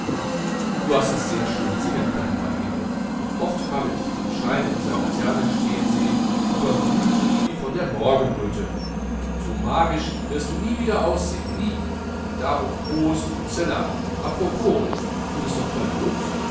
du hast das sehr schön singen können mein engel und oft habe ich dich im scheine dieser laterne stehen sehen überglüht wie von der morgenröte so magisch wirst du nie wieder aussehen nie und darum prost und sela apropos du bist doch verlobt